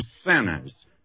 sinners